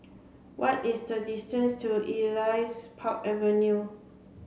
what is the distance to Elias Park Avenue